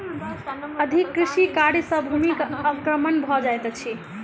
अधिक कृषि कार्य सॅ भूमिक अवक्रमण भ जाइत अछि